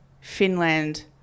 Finland